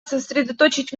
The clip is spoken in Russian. сосредоточить